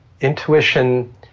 intuition